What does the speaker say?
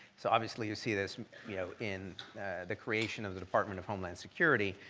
so obviously, you see this you know in the creation of the department of homeland security.